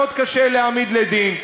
מאוד קשה להעמיד לדין.